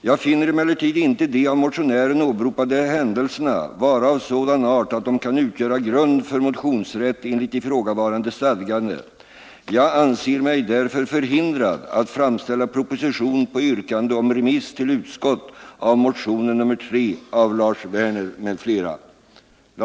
Jag finner emellertid inte de av motionärerna åberopade händelserna vara av sådan art att de kan utgöra grund för motionsrätt enligt ifrågavarande stadgande. Jag anser mig därför förhindrad att framställa proposition på yrkande om remiss till utskott av motionen nr 3 av Lars Werner m.fl.